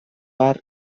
har